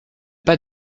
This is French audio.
pas